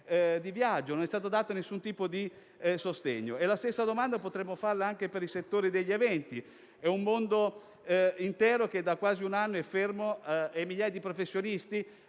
di viaggio. Non è stato alcun tipo di sostegno. La stessa domanda potremmo farle anche per il settore degli eventi. È un mondo che da quasi un anno è fermo, con migliaia di professionisti